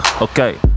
Okay